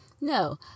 No